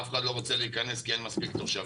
אף אחד לא רוצה להיכנס כי אין מספיק תושבים.